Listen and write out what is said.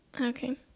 Okay